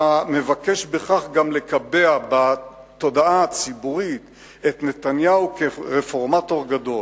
אתה מבקש בכך גם לקבע בתודעה הציבורית את נתניהו כרפרומטור גדול,